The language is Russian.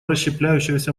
расщепляющегося